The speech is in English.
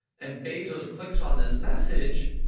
and bezos clicks on this message,